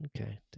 Okay